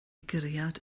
guriad